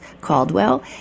Caldwell